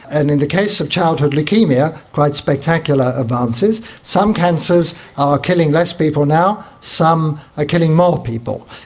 and in the case of childhood leukaemia quite spectacular advances. some cancers are killing less people now, some are killing more people.